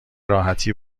راحتی